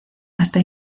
hasta